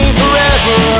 forever